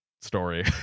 Story